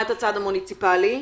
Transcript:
הצד המוניציפלי.